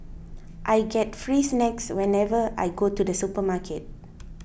I get free snacks whenever I go to the supermarket